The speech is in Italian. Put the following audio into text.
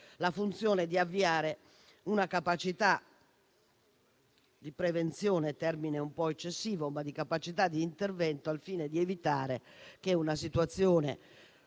la funzione di avviare una capacità di prevenzione (un termine un po' eccessivo) o di intervento, al fine di evitare che una situazione